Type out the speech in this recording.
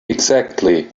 exactly